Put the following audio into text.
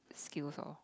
skills lor